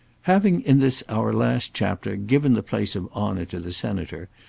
having in this our last chapter given the place of honour to the senator,